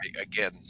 again